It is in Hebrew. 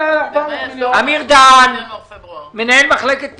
אמיר דהאן, מנהל מחלקת פיצויים?